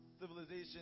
civilization